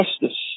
justice